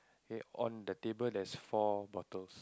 okay on the table there's four bottles